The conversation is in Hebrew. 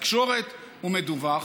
לתקשורת ומדֻווח.